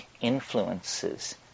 influences